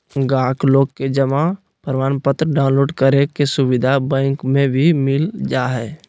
गाहक लोग के जमा प्रमाणपत्र डाउनलोड करे के सुविधा बैंक मे भी मिल जा हय